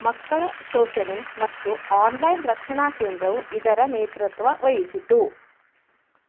ಮಕ್ಕಳ ಶೋಷಣೆ ಮತ್ತು ಆನ್ಲೈನ್ ರಕ್ಷಣಾ ಕೇಂದ್ರವು ಇದರ ನೇತೃತ್ವ ವಹಿಸಿತು